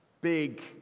big